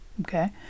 okay